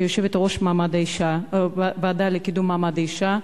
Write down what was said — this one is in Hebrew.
שהיא יושבת-ראש הוועדה לקידום מעמד האשה,